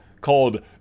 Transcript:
called